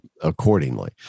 accordingly